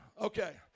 okay